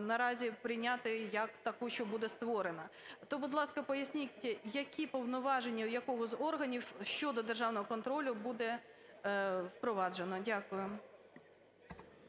наразі прийняти як таку, що буде створена. То, будь ласка, поясніть, які повноваження у якого з органів щодо державного контролю буде впроваджено? Дякую.